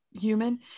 human